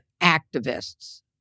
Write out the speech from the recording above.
activists